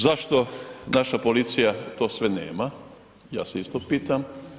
Zašto naša policija to sve nema, ja se isto pitam.